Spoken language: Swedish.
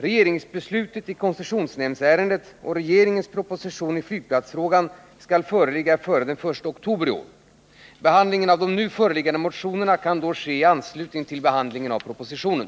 Regeringsbeslutet i koncessionsnämndsärendet och regeringens proposition i flygplatsfrågan skall föreligga före den 1 oktober i år. Behandlingen av de nu föreliggande motionerna kan då ske i anslutning till behandlingen av propositionen.